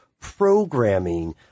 programming